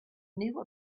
knew